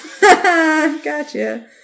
gotcha